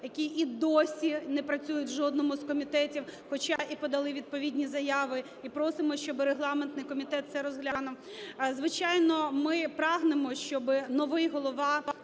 які і досі не працюють в жодному з комітетів, хоча і подали відповідні заяви, і просимо, щоби регламентний комітет це розглянув. Звичайно, ми прагнемо, щоби новий голова